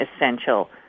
essential